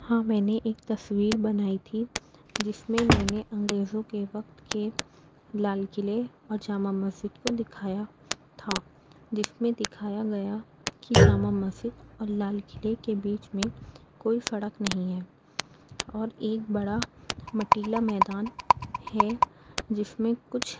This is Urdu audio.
ہاں میں نے ایک تصویر بنائی تھی جس میں میں نے انگریزوں کے وقت کے لال قلعے اور جامع مسجد کو دکھایا تھا جس میں دکھایا گیا تھا کہ جامع مسجد اور لال قلعے کے بیچ میں کوئی سڑک نہیں ہے اور ایک بڑا مٹیلا میدان ہے جس میں کچھ